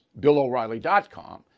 BillO'Reilly.com